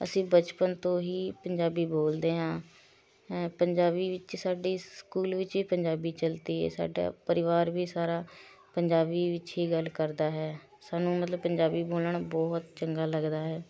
ਅਸੀਂ ਬਚਪਨ ਤੋਂ ਹੀ ਪੰਜਾਬੀ ਬੋਲਦੇ ਹਾਂ ਪੰਜਾਬੀ ਵਿੱਚ ਸਾਡੀ ਸਕੂਲ ਵਿੱਚ ਵੀ ਪੰਜਾਬੀ ਚੱਲਦੀ ਹੈ ਸਾਡਾ ਪਰਿਵਾਰ ਵੀ ਸਾਰਾ ਪੰਜਾਬੀ ਵਿੱਚ ਹੀ ਗੱਲ ਕਰਦਾ ਹੈ ਸਾਨੂੰ ਮਤਲਬ ਪੰਜਾਬੀ ਬੋਲਣਾ ਬਹੁਤ ਚੰਗਾ ਲੱਗਦਾ ਹੈ